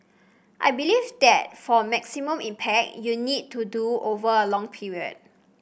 I believe that for maximum impact you need to do over a long period